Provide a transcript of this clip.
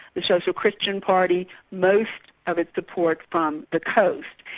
the social christian party, most of its support from the coast.